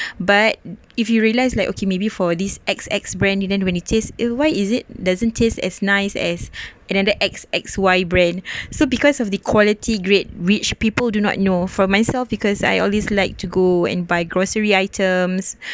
but if you realise like okay maybe for this X_X brand and then when it taste eh why is it doesn't taste as nice as another X_X_Y brand so because of the quality grade rich people do not know for myself because I always like to go and buy grocery items